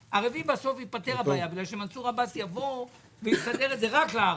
בסוף תיפתר הבעיה כי מנסור עבאס יבוא ויסדר את זה רק לערבים,